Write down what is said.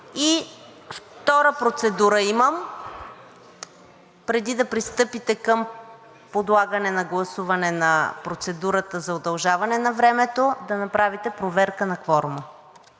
И втора процедура имам, преди да пристъпите към подлагане на гласуване на процедурата за удължаване на времето, да направите проверка на кворума.